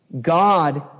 God